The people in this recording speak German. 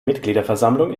mitgliederversammlung